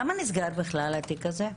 למה נסגר בכלל התיק הזה?